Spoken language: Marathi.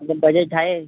पण बजेट आहे